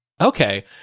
Okay